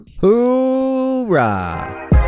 Hoorah